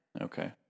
Okay